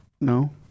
No